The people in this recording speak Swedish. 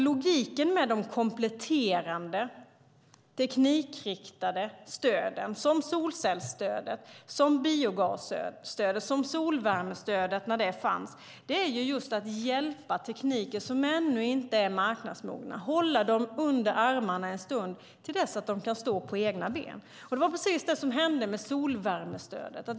Logiken med de kompletterande teknikriktade stöden, som solcellsstödet, biogasstödet och solvärmestödet när det fanns, är att hjälpa tekniker som ännu inte är marknadsmogna, att hålla dem under armarna en stund tills de kan stå på egna ben. Det var precis det som hände med solvärmestödet.